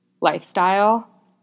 lifestyle